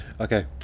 Okay